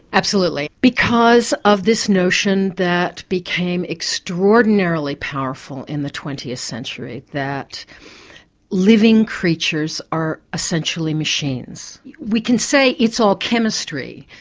absolutely, because of this notion that became extraordinarily powerful in the twentieth century that living creatures are essentially machines. we can say it's all chemistry,